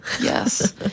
Yes